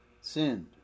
sinned